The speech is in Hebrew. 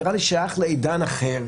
נראה לי שהוא שייך לעידן אחר,